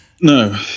No